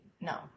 No